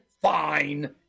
fine